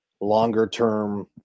longer-term